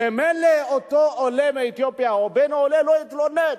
ממילא אותו עולה מאתיופיה, או בן עולה, לא התלונן,